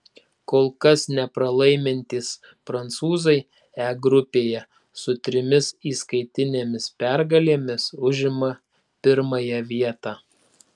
kol kas nepralaimintys prancūzai e grupėje su trimis įskaitinėmis pergalėmis užima pirmąją vietą